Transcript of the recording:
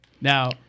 now